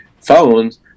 phones